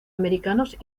americanos